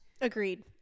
agreed